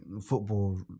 football